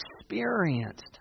experienced